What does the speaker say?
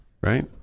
right